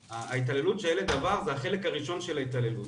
ההתעללות שהילד עבר זה החלק הראשון של ההתעללות,